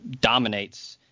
dominates